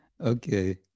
Okay